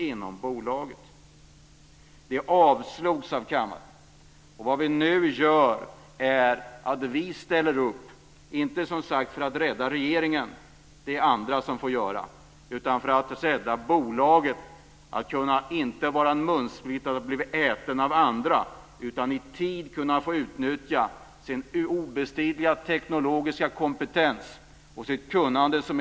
Reservationerna avslogs av kammaren. Vi ställer nu upp, inte för att rädda regeringen - det får andra göra - utan för att rädda bolaget så att det inte blir en munsbit som äts upp av andra. Det ska som ett av Sveriges viktigaste bolag i tid kunna utnyttja sin obestridliga teknologiska kompetens och sitt kunnande.